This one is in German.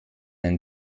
ein